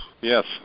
Yes